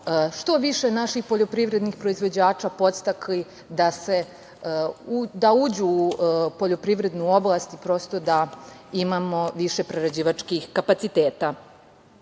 što više naših poljoprivrednih proizvođača podstakli da uđu u poljoprivrednu oblast, prosto da imamo više prerađivačkih kapaciteta. Posebno